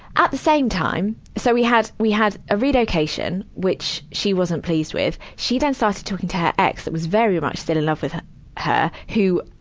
at the same time so, we had, we had a relocation, which she wasn't pleased with. she then started talking to her ex, who was very much still in love with her who,